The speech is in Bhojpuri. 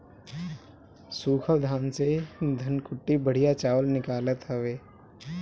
सूखल धान से धनकुट्टी बढ़िया चावल निकालत हवे